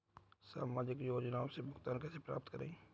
सामाजिक योजनाओं से भुगतान कैसे प्राप्त करें?